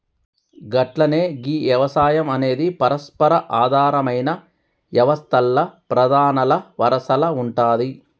గట్లనే గీ యవసాయం అనేది పరస్పర ఆధారమైన యవస్తల్ల ప్రధానల వరసల ఉంటాది